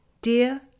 Dear